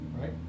Right